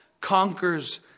conquers